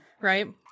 Right